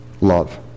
Love